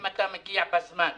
אם אתה מגיע בזמן,